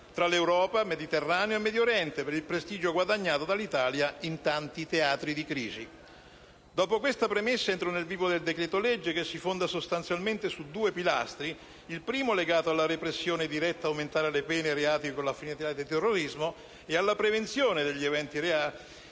tra Europa, Mediterraneo e Medio Oriente e del prestigio guadagnato in tanti teatri di crisi. Dopo tale premessa, entro nel vivo del decreto-legge, che si fonda sostanzialmente su due pilastri: il primo è legato alla repressione diretta, aumentando le pene per i reati con finalità di terrorismo, ed alla prevenzione degli eventuali